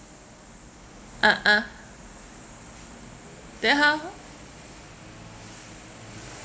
uh uh then how